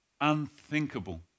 unthinkable